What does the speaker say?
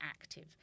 active